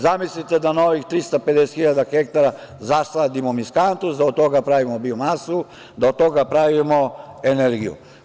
Zamislite da na ovih 350 hiljada hektara zasadimo miskantus, da od toga pravimo biomasu, da od toga pravimo energiju.